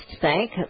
thank